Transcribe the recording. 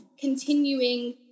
continuing